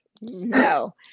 No